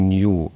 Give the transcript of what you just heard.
new